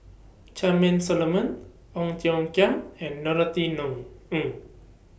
Charmaine Solomon Ong Tiong Khiam and Norothy Ng